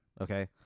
Okay